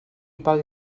pel